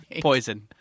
Poison